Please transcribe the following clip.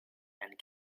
and